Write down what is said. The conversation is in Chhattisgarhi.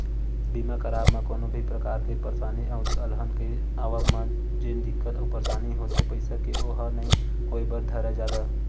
बीमा करवाब म कोनो भी परकार के परसानी अउ अलहन के आवब म जेन दिक्कत अउ परसानी होथे पइसा के ओहा नइ होय बर धरय जादा